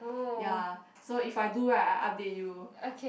ya so if I do right I update you